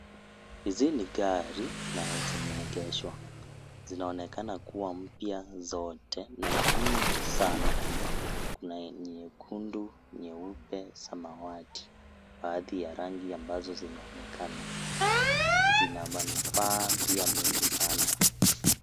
Hizi ni gari na zimeegeshwa. Zinaonekana kuwa mpya zote na ni mingi sana. Kuna nyekundu, nyeupe, samawati. Baadhi ya rangi ambazo zinaonekana zina manufaa mengi sana.